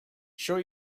sure